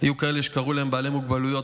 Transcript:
היו כאלה שקראו להם בעלי מוגבלויות,